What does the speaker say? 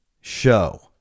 show